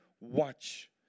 watch